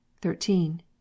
thirteen